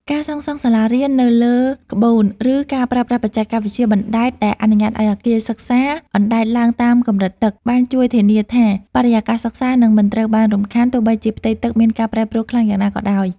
ការសាងសង់សាលារៀននៅលើក្បូន ឬការប្រើប្រាស់បច្ចេកវិទ្យាបណ្តែត ដែលអនុញ្ញាតឱ្យអគារសិក្សាអណ្តែតឡើងតាមកម្រិតទឹក បានជួយធានាថាបរិយាកាសសិក្សានឹងមិនត្រូវបានរំខាន ទោះបីជាផ្ទៃទឹកមានការប្រែប្រួលខ្លាំងយ៉ាងណាក៏ដោយ។